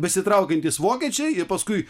besitraukiantys vokiečiai ir paskui